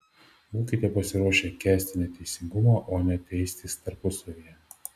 būkite pasiruošę kęsti neteisingumą o ne teistis tarpusavyje